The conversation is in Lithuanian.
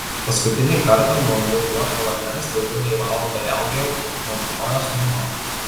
paskutinį kartą nuo muiluoto vandens daugiau nei valandą riaugėjau o mano kojos nubalo